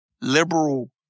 liberal